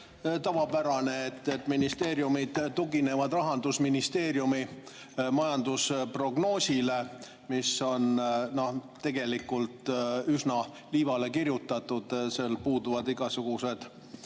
tavapärane, et ministeeriumid tuginevad Rahandusministeeriumi majandusprognoosile, mis on tegelikult üsna liivale [rajatud], sellel puudub igasugune